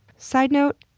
side note,